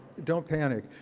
don't panic.